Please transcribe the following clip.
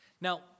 Now